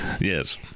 Yes